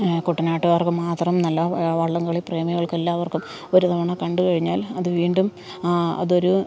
കുട്ടനാട്ടുകാർക്ക് മാത്രമെന്നല്ല വള്ളംകളി പ്രേമികൾക്കെല്ലാവർക്കും ഒരുതവണ കണ്ടു കഴിഞ്ഞാൽ അത് വീണ്ടും ആ അതൊരു